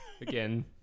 again